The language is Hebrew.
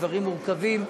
דברים מורכבים,